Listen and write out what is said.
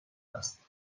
است